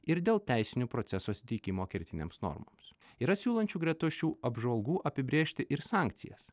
ir dėl teisinių proceso suteikimo kertinėms normoms yra siūlančių greta šių apžvalgų apibrėžti ir sankcijas